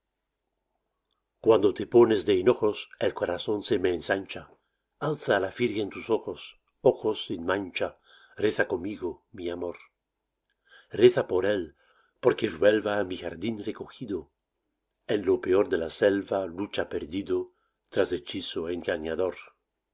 cuando te pones de hinojos el corazón se me ensancha alza á la virgen tus ojos ojos sin mancha reza conmigo mi amor reza por él porque vuelva á mi jardin recojido en lo peor de la selva lucha perdido tras hechizo engañador